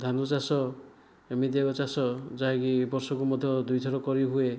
ଧାନ ଚାଷ ଏମିତି ଏକ ଚାଷ ଯାହାକି ବର୍ଷକୁ ମଧ୍ୟ ଦୁଇ ଥର କରିହୁଏ